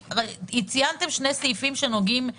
ציינתם שני סעיפים שנוגעים לחיפה.